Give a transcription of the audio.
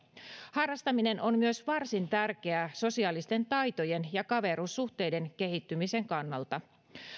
harrastaminen on myös varsin tärkeää sosiaalisten taitojen ja kaveruussuhteiden kehittymisen kannalta